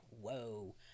whoa